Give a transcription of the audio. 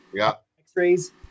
X-rays